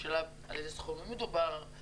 השאלה על איזה סכומים מדובר,